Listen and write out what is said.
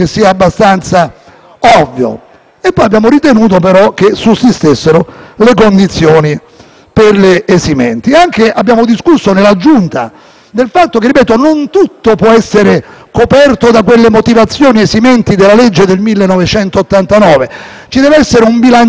per le esimenti. Abbiamo discusso anche in Giunta sul fatto che, ripeto, non tutto può essere coperto dalle motivazioni esimenti previste dalla legge del 1989: ci deve essere un bilanciamento dei fatti. Richiamo l'attenzione - lo ripeto per la seconda volta a chi dall'esterno dicesse che il Parlamento